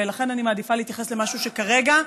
ולכן אני מעדיפה להתייחס למשהו שכרגע,